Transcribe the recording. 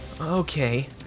okay